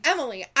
Emily